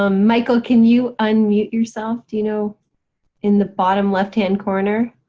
ah michael, can you unmute yourself? do you know in the bottom left hand corner?